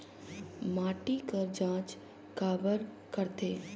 माटी कर जांच काबर करथे?